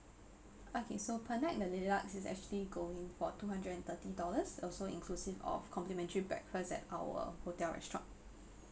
okay so per night the deluxe is actually going for two hundred and thirty dollars also inclusive of complementary breakfast at our hotel restaurant